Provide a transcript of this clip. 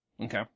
Okay